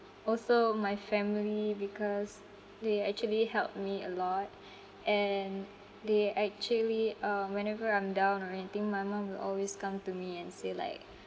also my family because they actually help me a lot and they actually um whenever I'm down or anything my mum will always come to me and say like